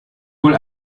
wohl